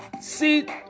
seat